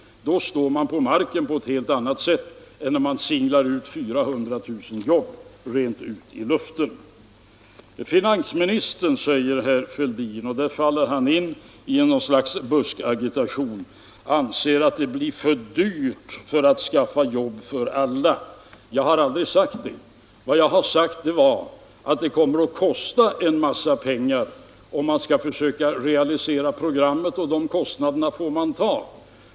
Då står man på marken på ett helt annat sätt än om man singlar löften om 400 000 jobb rakt ut i luften. Finansministern, säger herr Fälldin — och faller in i något slags buskagitation — anser att det blir för dyrt att skaffa jobb för alla. Jag har aldrig sagt det. Vad jag har sagt är att det kommer att kosta en massa pengar om man skall försöka realisera programmet, och de kostnaderna får man ta.